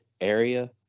Area